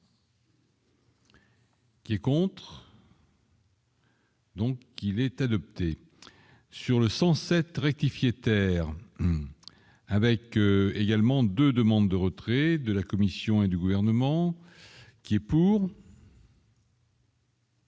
qui est pour. Donc il est adopté sur le 107 rectifier terre avec. Que également 2 demandes de retrait de la Commission et du gouvernement qui est pour.